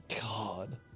God